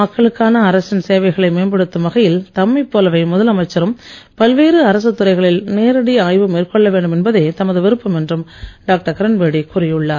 மக்களுக்கான அரசின் சேவைகளை மேம்படுத்தும் வகையில் தம்மைப் போலவே முதலமைச்சரும் பல்வேறு அரசுத் துறைகளில் நேரடி ஆய்வு மேற்கொள்ள வேண்டும் என்பதே தமது விருப்பம் என்றும் டாக்டர் கிரண்பேடி கூறியுள்ளார்